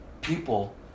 People